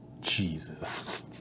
Jesus